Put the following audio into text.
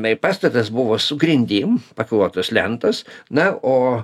bei pastatas buvo su grindim paklotos lentos na o